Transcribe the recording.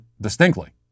distinctly